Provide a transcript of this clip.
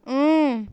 اۭں